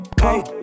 Hey